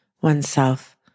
oneself